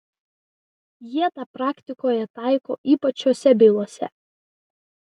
jie tą praktikoje taiko ypač šiose bylose